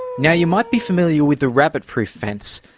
you know you might be familiar with the rabbit proof fence,